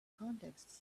contexts